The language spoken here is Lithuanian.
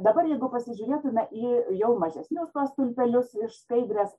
dabar jeigu pasižiūrėtumėme į jau mažesnius tuos stulpelius iš skaidrės